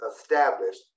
established